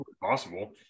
Possible